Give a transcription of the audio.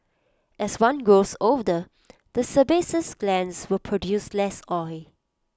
as one grows older the sebaceous glands will produce less oil